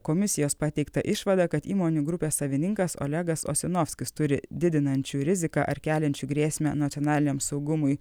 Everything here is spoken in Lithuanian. komisijos pateiktą išvadą kad įmonių grupės savininkas olegas osenofskis turi didinančių riziką ar keliančių grėsmę nacionaliniam saugumui